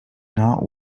not